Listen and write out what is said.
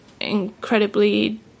incredibly